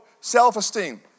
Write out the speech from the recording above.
self-esteem